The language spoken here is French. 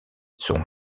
son